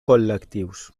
col·lectius